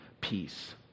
peace